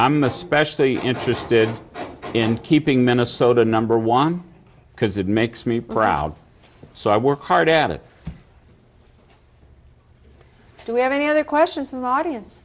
i'm especially interested in keeping minnesota number one because it makes me proud so i work hard at it to have any other questions in the audience